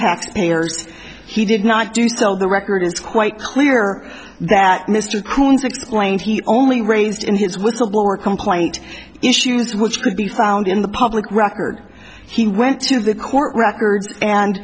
tax payers he did not do so the record is quite clear that mr coon's explained he only raised in his whistleblower complaint issues which could be found in the public record he went to the court records and